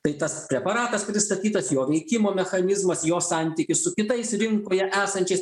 tai tas preparatas pristatytas jo veikimo mechanizmas jo santykis su kitais rinkoje esančiais